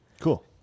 Cool